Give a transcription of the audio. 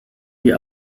die